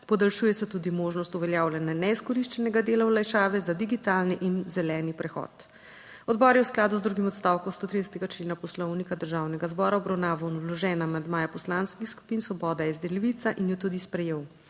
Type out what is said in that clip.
Podaljšuje se tudi možnost uveljavljanja neizkoriščenega dela olajšave za digitalni in zeleni prehod. Odbor je v skladu z drugim odstavkom 130. člena Poslovnika Državnega zbora obravnaval vložene amandmaje poslanskih skupin Svoboda, SD, Levica in jo tudi sprejel.